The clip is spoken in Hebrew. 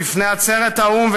בפני עצרת האו"ם,